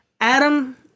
Adam